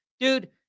Dude